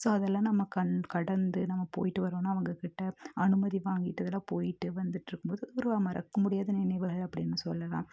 so அதெல்லாம் நம்ம கண் கடந்து நம்ம போய்ட்டு வரணும்னா அவங்கக்கிட்ட அனுமதி வாங்கிட்டு இதெல்லாம் போய்ட்டு வந்துட்டு இருக்கும் போது ஒரு மறக்க முடியாத நினைவுகள் அப்படின்னு சொல்லலாம்